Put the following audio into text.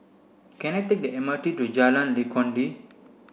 can I take the M R T to Jalan Legundi